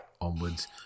onwards